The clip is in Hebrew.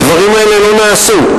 הדברים האלה לא נעשו,